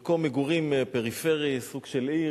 במקום מגורים פריפרי, סוג של עיר.